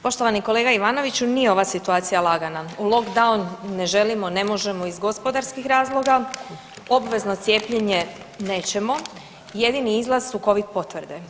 Poštovani kolega Ivanoviću nije ova situacija lagana, u lockdown ne želimo, ne možemo iz gospodarskih razloga, obvezno cijepljenje nećemo jedini izlaz su Covid potvrde.